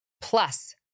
plus